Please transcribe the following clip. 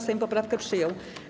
Sejm poprawkę przyjął.